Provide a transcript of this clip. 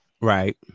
Right